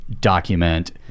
document